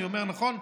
אני אומר נכון?